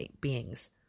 beings